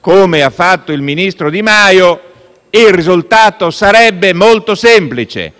come ha fatto il ministro Di Maio, il risultato sarebbe molto semplice: